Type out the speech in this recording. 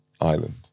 island